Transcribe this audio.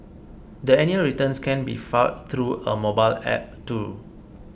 the annual returns can be filed through a mobile app too